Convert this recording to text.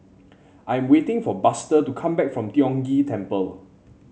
I am waiting for Buster to come back from Tiong Ghee Temple